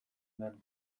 den